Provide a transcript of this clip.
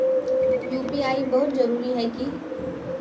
UPI बहुत जरूरी है की?